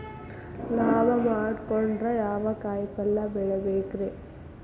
ಲಾಭ ಮಾಡಕೊಂಡ್ರ ಯಾವ ಕಾಯಿಪಲ್ಯ ಬೆಳಿಬೇಕ್ರೇ?